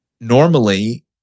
normally